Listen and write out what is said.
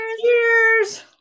Cheers